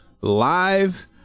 live